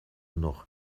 noch